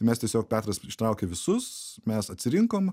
tai mes tiesiog petras ištraukė visus mes atsirinkom